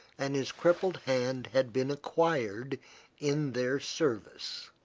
and his crippled hand had been acquired in their service.